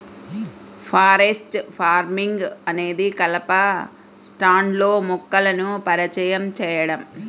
forest farming అనేది కలప స్టాండ్లో మొక్కలను పరిచయం చేయడం